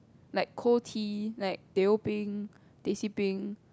like cold tea like teh O peng teh C peng